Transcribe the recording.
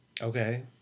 Okay